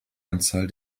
anzahl